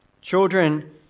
Children